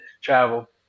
travel